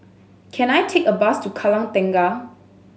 can I take a bus to Kallang Tengah